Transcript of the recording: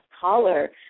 caller